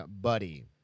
buddy